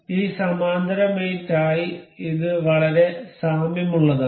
ഈ സമാന്തര മേറ്റ് ആയി ഇത് വളരെ സാമ്യമുള്ളതാണ്